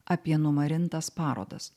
apie numarintas parodas